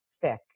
thick